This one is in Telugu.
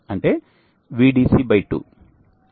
అంటే VDC2